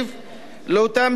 לאותם צעירים.